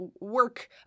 work